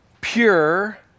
pure